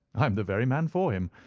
i am the very man for him.